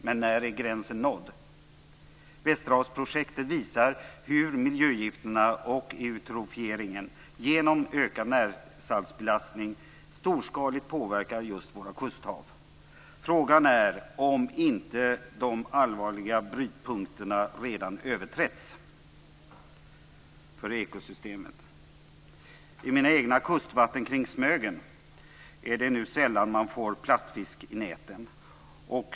Men när är gränsen nådd? Västerhavsprojektet visar hur miljögifterna och eutrofieringen, genom ökad närsaltsbelastning, storskaligt påverkar just våra kusthav. Frågan är om inte de allvarliga brytpunkterna för ekosystemet redan överträtts. I mina egna kustvatten kring Smögen är det nu sällan man får plattfisk i näten.